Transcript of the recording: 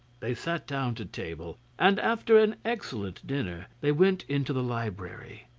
they sat down to table, and after an excellent dinner they went into the library.